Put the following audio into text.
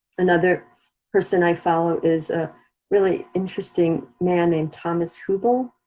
another person i follow is a really interesting man named thomas hubl,